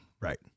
Right